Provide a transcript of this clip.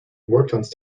worked